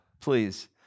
please